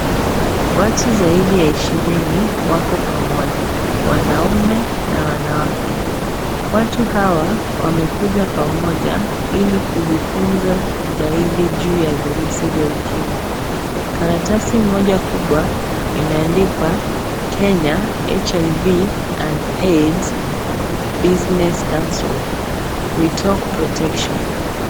Watu zaidi ya ishirini wako pamoja, wanaume na wanawake. Watu hawa wamekuja pamoja Ili kujifunza zaidi juu ya virusi vya Ukimwi. Karatasi moja kubwa imeandikwa " Kenya HIV and AIDS Business Council. We talk Protection ".